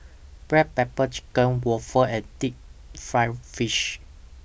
Black Pepper Chicken Waffle and Deep Fried Fish